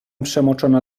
przemoczona